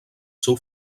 seu